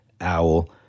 owl